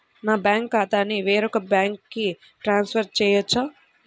నా బ్యాంక్ ఖాతాని వేరొక బ్యాంక్కి ట్రాన్స్ఫర్ చేయొచ్చా?